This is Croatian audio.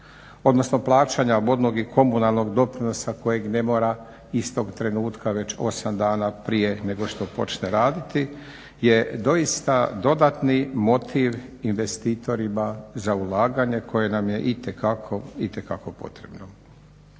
odnosno plaćanja vodnog i komunalnog doprinosa kojeg ne mora istog trenutka već 8 dana prije nego što počne raditi je doista dodatni motiv investitorima za ulaganje koje nam je itekako, itekako potrebno.